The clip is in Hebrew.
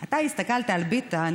אתה הסתכלת על ביטן